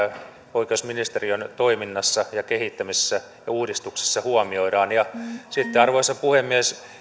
oikeusministeriön toiminnassa ja kehittämisessä ja uudistuksessa huomioidaan sitten arvoisa puhemies